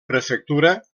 prefectura